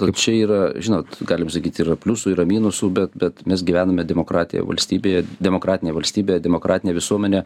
kaip čia yra žinot galim sakyti yra pliusų yra minusų bet bet mes gyvename demokratija valstybėje demokratinėje valstybėje demokratinė visuomenė